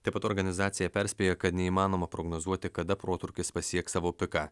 taip pat organizacija perspėja kad neįmanoma prognozuoti kada protrūkis pasieks savo piką